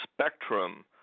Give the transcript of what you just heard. spectrum